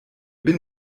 bin